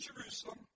Jerusalem